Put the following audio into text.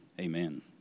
amen